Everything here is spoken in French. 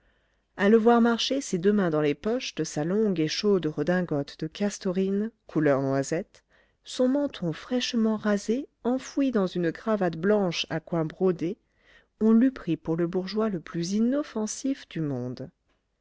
à le voir marcher ses deux mains dans les poches de sa longue et chaude redingote de castorine couleur noisette son menton fraîchement rasé enfoui dans une cravate blanche à coins brodés on l'eût pris pour le bourgeois le plus inoffensif du monde